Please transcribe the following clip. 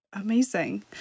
Amazing